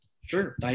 Sure